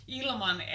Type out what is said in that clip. ilman